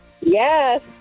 Yes